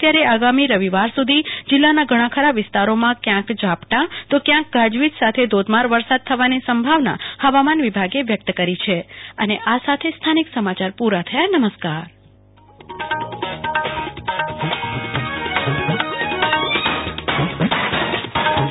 ત્યારે આગામી રવિવાર સુધી જીલ્લાનાં ઘણા ખરા વિસ્તારોમાં ક્યાંક ઝાપટાં ક્ર્યાંક ગાજવીજ સાથે ધોધમાર વરસાદ થવાની સંભાવના હવામાન વિભાગે વ્યકત કરી કલ્પના શાહ છે